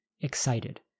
excited